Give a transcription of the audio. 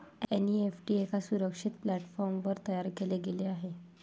NEFT एका सुरक्षित प्लॅटफॉर्मवर तयार केले गेले आहे